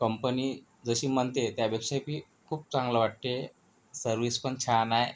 company जशी म्हणते त्यापेक्षा ही खूप चांगलं वाटते सर्विस पण छान आहे